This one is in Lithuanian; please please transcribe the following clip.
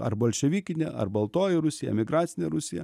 ar bolševikinė ar baltoji rusija emigracinė rusija